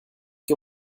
que